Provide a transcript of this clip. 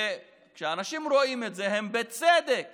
וכשאנשים רואים את זה, בצדק